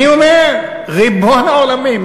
אני אומר: ריבון העולמים,